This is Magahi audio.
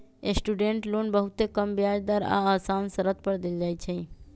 स्टूडेंट लोन बहुते कम ब्याज दर आऽ असान शरत पर देल जाइ छइ